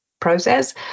Process